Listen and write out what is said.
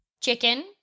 Chicken